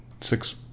six